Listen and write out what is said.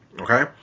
Okay